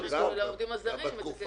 --- הקרן של העובדים הזרים --- נו באמת.